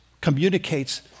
communicates